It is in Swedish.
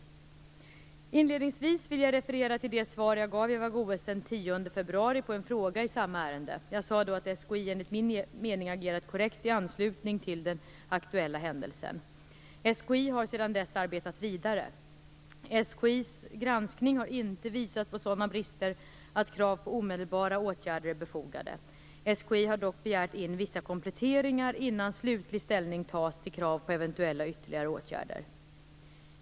Inledningsvis vill jag referera till det svar jag gav Jag sade då att SKI enligt min mening agerat korrekt i anslutning till den aktuella händelsen. SKI har sedan dess arbetat vidare. SKI:s granskning har inte visat på sådana brister att krav på omedelbara åtgärder är befogade. SKI har dock begärt in vissa kompletteringar innan slutlig ställning tas till krav på eventuella ytterligare åtgärder.